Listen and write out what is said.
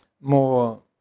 more